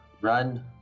run